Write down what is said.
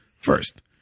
first